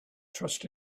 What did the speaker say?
trust